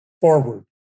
forward